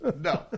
No